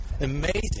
amazing